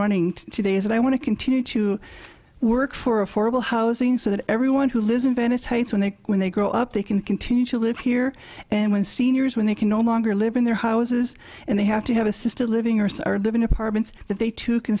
running today is that i want to continue to work for affordable housing so that everyone who lives in venice heights when they when they grow up they can continue to live here and when seniors when they can no longer live in their houses and they have to have assisted living or sir live in apartments that they